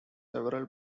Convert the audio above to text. several